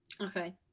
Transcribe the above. okay